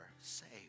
saved